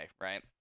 right